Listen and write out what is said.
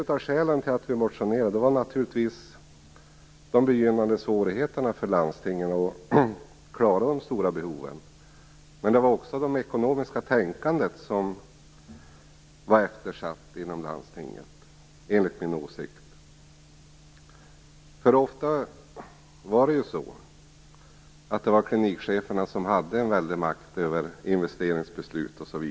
Ett av skälen till att vi motionerade var naturligtvis de begynnande svårigheterna för landstingen att klara de stora behoven. Men det ekonomiska tänkandet var också eftersatt inom landstingen, enligt min åsikt. Ofta hade klinikcheferna en väldig makt över investeringsbesluten.